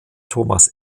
thomas